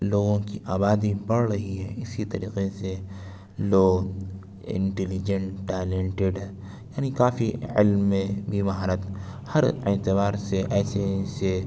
لوگوں کی آبادی بڑھ رہی ہے اسی طریقے سے لوگ انٹلیجینٹ ٹیلنٹد یعنی کافی علم میں بھی مہارت ہر اعتبار سے ایسے ایسے